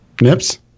Nips